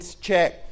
check